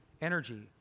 energy